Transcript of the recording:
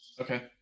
okay